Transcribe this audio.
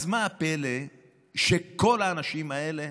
אז מה הפלא שכל האנשים האלה